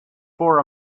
for